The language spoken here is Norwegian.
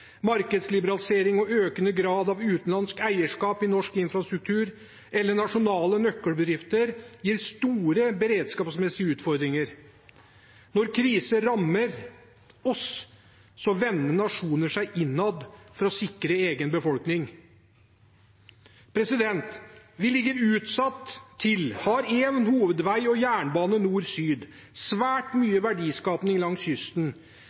Markedsliberalisering og økende grad av utenlandsk eierskap i norsk infrastruktur eller nasjonale nøkkelbedrifter gir store beredskapsmessige utfordringer. Når kriser rammer oss, vender nasjoner seg innad for å sikre egen befolkning. Vi ligger utsatt til, har én hovedvei og jernbane nord–syd. Vi har svært mye verdiskaping langs kysten.